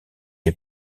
est